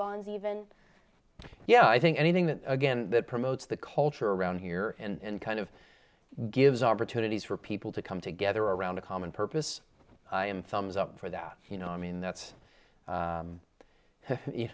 bonds even yeah i think anything that again that promotes the culture around here and kind of gives opportunities for people to come together around a common purpose in films up for that you know i mean that's